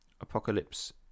Apocalypse